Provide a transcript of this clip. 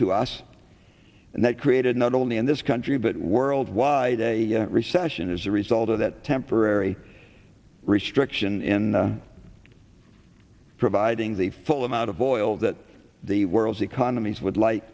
to us and that created not only in this country but worldwide a recession as a result of that temporary risk direction in providing the full amount of oil that the world's economies would like